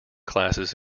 classes